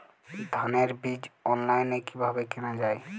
ধানের বীজ অনলাইনে কিভাবে কেনা যায়?